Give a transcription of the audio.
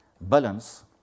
balance